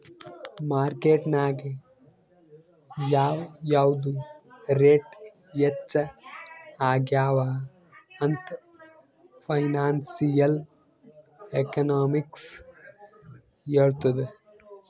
market ನಾಗ್ ಯಾವ್ ಯಾವ್ದು ರೇಟ್ ಹೆಚ್ಚ ಆಗ್ಯವ ಅಂತ್ ಫೈನಾನ್ಸಿಯಲ್ ಎಕನಾಮಿಕ್ಸ್ ಹೆಳ್ತುದ್